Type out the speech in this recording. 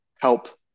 help